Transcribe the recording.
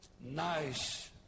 nice